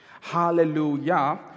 Hallelujah